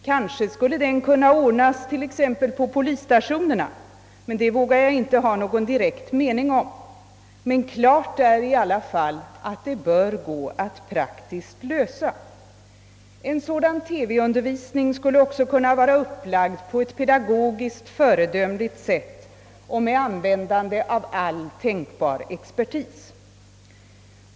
Kanske skulle den kunna ordnas t.ex. på polisstationerna, men det vågar jag inte ha någon bestämd mening om. Klart är i alla fall att det bör gå att praktiskt lösa problemet. En sådan TV-undervisning skulle också kunna vara upplagd på ett pedagogiskt föredömligt sätt och med användande av all tänkbar expertis.